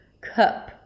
Cup